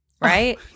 right